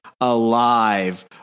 alive